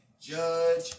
judge